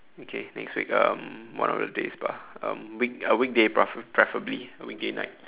okay next week um one of the days bah um week uh weekday prefera~ preferably weekday night